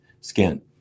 skin